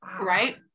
Right